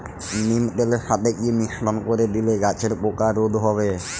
নিম তেলের সাথে কি মিশ্রণ করে দিলে গাছের পোকা রোধ হবে?